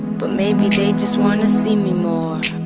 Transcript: but maybe they just wanna see me more